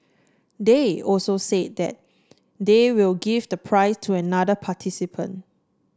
they also said that they will give the prize to another participant